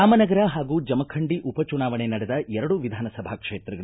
ರಾಮನಗರ ಹಾಗೂ ಜಮಖಂಡಿ ಉಪಚುನಾವಣೆ ನಡೆದ ಎರಡು ವಿಧಾನಸಭಾ ಕ್ಷೇತ್ರಗಳು